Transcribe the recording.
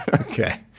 Okay